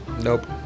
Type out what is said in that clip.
nope